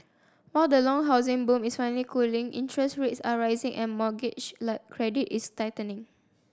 while the long housing boom is finally cooling interest rates are rising and mortgage credit is tightening